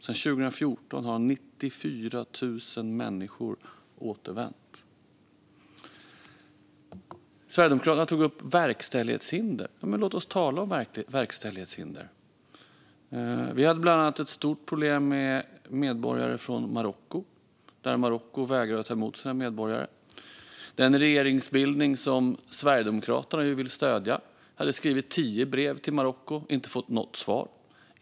Sedan 2014 har 94 000 människor återvänt. Sverigedemokraterna tog upp verkställighetshinder. Ja, men låt oss tala om verkställighetshinder! Vi hade bland annat ett stort problem med medborgare från Marocko. Marocko vägrade att ta emot sina medborgare. Den regering som Sverigedemokraterna ville stödja hade skrivit tio brev till Marocko och inte fått något svar.